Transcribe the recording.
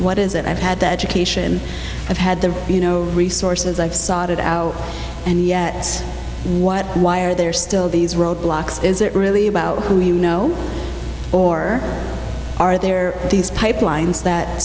what is it i've had the education i've had the you know resources i've sought it out and yet what why are there still these roadblocks is it really about who you know or are there these pipelines that